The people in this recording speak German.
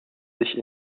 sich